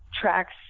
tracks